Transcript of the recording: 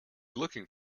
looking